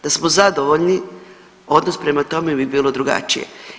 Da smo zadovoljni odnos prema tome bi bilo drugačije.